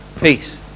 peace